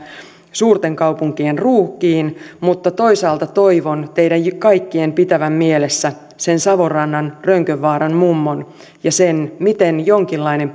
suurten kaupunkien ruuhkiin mutta toisaalta toivon teidän kaikkien pitävän mielessä sen savonrannan rönkönvaaran mummon ja sen miten jonkinlainen